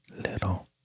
little